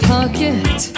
Pocket